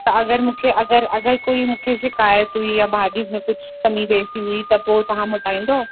त अगरि मूंखे अगरि अगरि कोई मूंखे शिकायतु हुई या भाॼी में कुझु कमी जैसी हुई त पोइ तव्हां मोटाईंदव